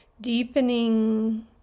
deepening